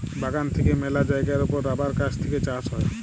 বাগান থেক্যে মেলা জায়গার ওপর রাবার গাছ থেক্যে চাষ হ্যয়